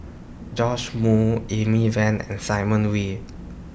Joash Moo Amy Van and Simon Wee